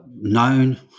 known